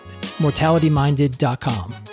mortalityminded.com